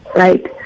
right